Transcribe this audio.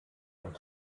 und